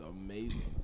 amazing